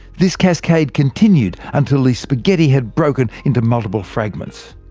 this cascade continued until the spaghetti had broken into multiple fragments.